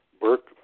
Burke